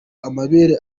amabere